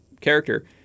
character